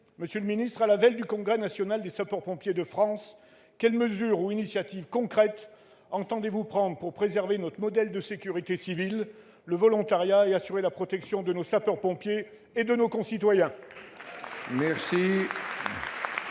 européenne. Ainsi, à la veille du congrès national des sapeurs-pompiers de France, quelles mesures ou initiatives concrètes entendez-vous prendre pour préserver notre modèle de sécurité civile, le volontariat, et assurer la protection de nos sapeurs-pompiers et de nos concitoyens ?